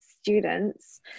students